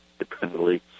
independently